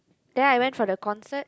then I went for the concert